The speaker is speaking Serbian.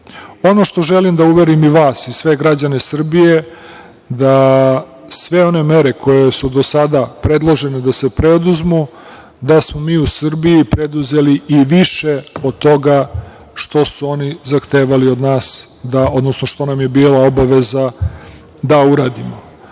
što želim da uverim i vas i sve građane Srbije, da sve one mere koje su do sada predložene da se preduzmu, da smo mi u Srbiji preduzeli i više od toga što su oni zahtevali od nas, odnosno što nam je bila obaveza da uradimo.